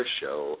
show